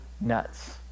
nuts